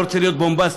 לא רוצה להיות בומבסטי,